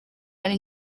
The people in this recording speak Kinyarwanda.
ari